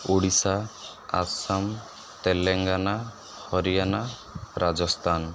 Odisha Assam Telangana Haryana Rajasthan